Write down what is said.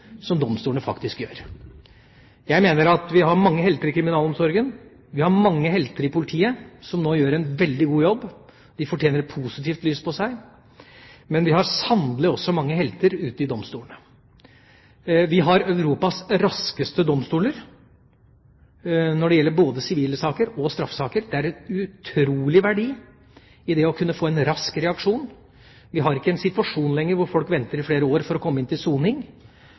som domstolene faktisk gjør. Jeg mener at vi har mange helter i kriminalomsorgen, og vi har mange helter i politiet som nå gjør en veldig god jobb. De fortjener et positivt lys på seg. Men vi har sannelig også mange helter ute i domstolene. Vi har Europas raskeste domstoler både i sivile saker og i straffesaker. Det er en utrolig verdi i det å kunne få en rask reaksjon. Vi har ikke lenger en situasjon der folk venter flere år på å komme inn til soning.